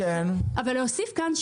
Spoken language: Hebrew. אבל להוסיף כאן,